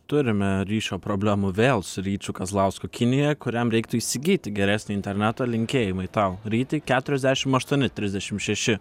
turime ryšio problemų vėl su ryčiu kazlausku kinijoje kuriam reiktų įsigyti geresnį internetą linkėjimai tau ryti keturiasdešimt aštuoni trisdešimt šeši